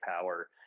power